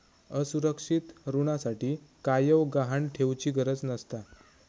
असुरक्षित ऋणासाठी कायव गहाण ठेउचि गरज नसता